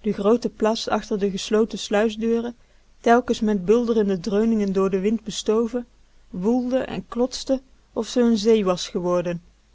de groote plas achter de gesloten sluisdeuren telkens met bulderende dreuningen door den wind bestoven woelde en klotste of ze n zee was geworden